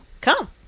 Come